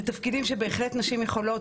אלה תפקידים שבהחלט נשים יכולות.